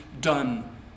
done